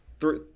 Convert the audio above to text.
three